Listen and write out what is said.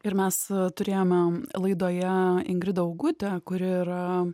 ir mes turėjome laidoje ingridą augutę kuri yra